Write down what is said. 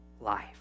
life